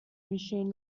machine